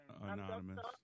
Anonymous